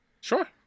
Sure